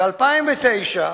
ב-2009,